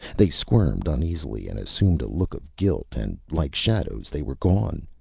they squirmed uneasily and assumed a look of guilt and, like shadows, they were gone,